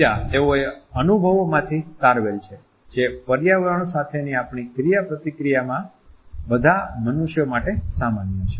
બીજા તેઓએ અનુભવો માંથી તારવેલ છે જે પર્યાવરણ સાથેની આપણી ક્રિયાપ્રતિક્રિયા માં બધા મનુષ્યો માટે સામાન્ય છે